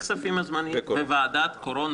מסדרת עד שיסתדר מספר או יסתדר משהו בכוכבים.